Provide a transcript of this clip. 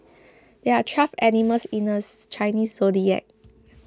there are twelve animals in the Chinese zodiac